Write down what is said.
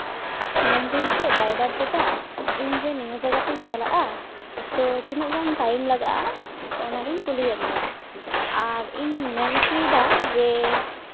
ᱢᱮᱱᱫᱟᱹᱧ ᱪᱮᱫ ᱰᱟᱭᱵᱷᱟᱨ ᱫᱟᱫᱟ ᱤᱧᱡᱮ ᱱᱤᱭᱟᱹ ᱡᱟᱭᱜᱟ ᱛᱤᱧ ᱪᱟᱞᱟᱜᱼᱟ ᱛᱚ ᱛᱤᱱᱟᱹᱜ ᱜᱟᱱ ᱴᱟᱭᱤᱢ ᱞᱟᱜᱟᱜᱼᱟ ᱚᱱᱟᱜᱤᱧ ᱠᱩᱞᱤᱭᱮᱫ ᱢᱮᱭᱟ ᱟᱨ ᱤᱧ ᱢᱮᱱ ᱦᱚᱪᱚᱭᱮᱫᱟ ᱡᱮ